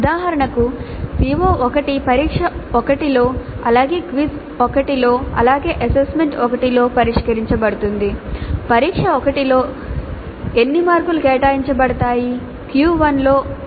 ఉదాహరణకు CO1 పరీక్ష 1 లో అలాగే క్విజ్ 1 లో అలాగే అసైన్మెంట్ 1 లో పరిష్కరించబడుతుంది పరీక్ష 1 లో ఎన్ని మార్కులు కేటాయించబడతాయి Q 1 లో ఎన్ని ఉంటాయి మరియు అసైన్మెంట్ 1 లో ఎన్ని ఉంటాయి